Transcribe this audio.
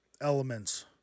elements